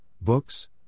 books